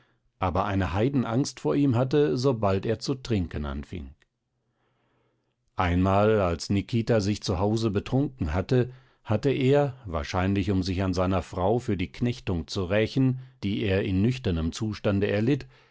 aber eine heidenangst vor ihm hatte sobald er zu trinken anfing einmal als nikita sich zu hause betrunken hatte hatte er wahrscheinlich um sich an seiner frau für die knechtung zu rächen die er in nüchternem zustande erlitt